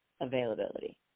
availability